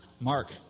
Mark